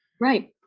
Right